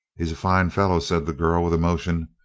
he's a fine fellow, said the girl, with emotion.